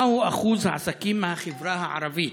1. מהו אחוז העסקים מהחברה הערבית